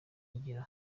ngiro